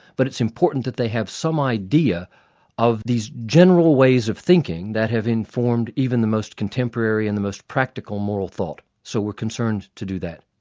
but it's important that they have some idea of these general ways of thinking that have informed even the most contemporary and the most practical moral thought, so we're concerned to do that.